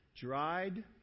Dried